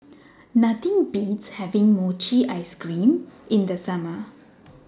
Nothing Beats having Mochi Ice Cream in The Summer